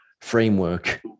framework